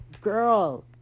girl